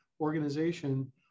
organization